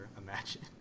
imagine